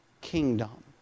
kingdom